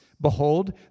Behold